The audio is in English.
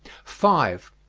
five.